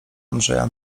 andrzeja